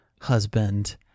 husband